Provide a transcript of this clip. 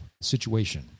situation